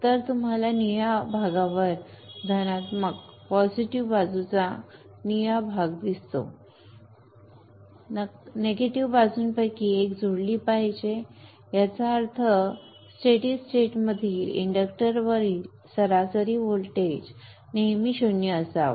तर तुम्हाला निळ्या भागावर पॉझिटिव्ह बाजूचा निळा भाग दिसतो निगेटिव्ह निगेटिव्ह बाजूंपैकी एक जुळली पाहिजे याचा अर्थ स्टेडि स्टेट इंडक्टरवरील एवरेज व्होल्टेज नेहमी 0 असावा